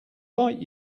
light